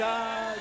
God